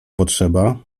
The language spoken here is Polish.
potrzeba